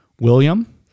William